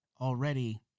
already